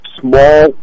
small